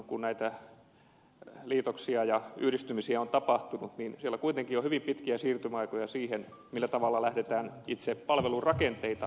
kun näitä liitoksia ja yhdistymisiä on tapahtunut niin siellä kuitenkin on hyvin pitkiä siirtymäaikoja siihen millä tavalla lähdetään itse palvelurakenteita uudistamaan